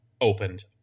opened